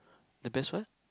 the best what